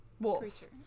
wolf